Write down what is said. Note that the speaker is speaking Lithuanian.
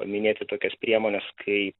paminėti tokias priemones kaip